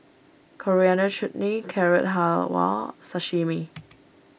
Coriander Chutney Carrot Halwa Sashimi